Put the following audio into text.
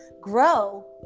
grow